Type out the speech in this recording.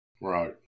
Right